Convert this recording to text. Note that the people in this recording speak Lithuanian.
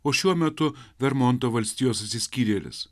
o šiuo metu vermonto valstijos atsiskyrėlis